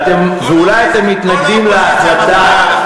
ואולי אתם מתנגדים להחלטה,